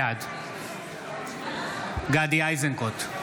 בעד גדי איזנקוט,